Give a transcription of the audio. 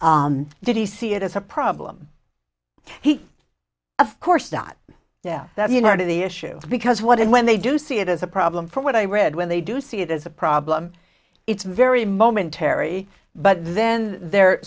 did he see it as a problem he of course not yeah that you know to the issue because what and when they do see it as a problem from what i read when they do see it as a problem it's very momentary but then they're